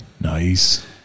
Nice